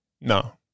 No